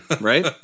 right